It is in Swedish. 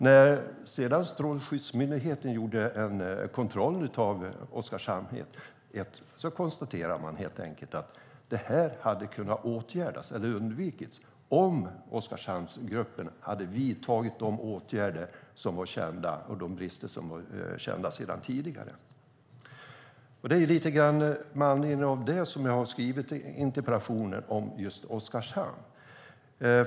När sedan Strålsäkerhetsmyndigheten gjorde en kontroll av Oskarshamn 1 konstaterade man att det här hade kunnat undvikas om Oskarshamnsgruppen hade vidtagit åtgärder mot de brister som var kända sedan tidigare. Det är lite grann inom det som jag har skrivit interpellationen om just Oskarshamn.